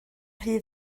rhy